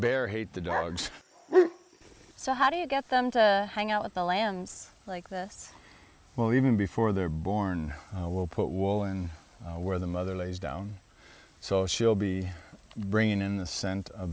bear hate the dogs so how do you get them to hang out with the lands like this well even before they're born will put wool and where the mother lays down so she'll be bringing in the scent of